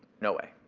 no way.